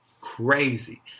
crazy